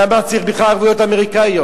למה צריך בכלל ערבויות אמריקניות?